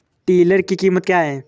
Tiller की कीमत क्या है?